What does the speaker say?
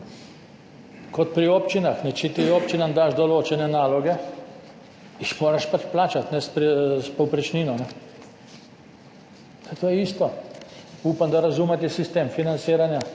Kot pri občinah, če ti občinam daš določene naloge, jih moraš pač plačati s povprečnino, to je isto, upam, da razumete sistem financiranja.